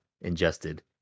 ingested